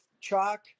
chalk